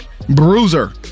Bruiser